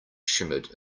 shimmered